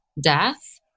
death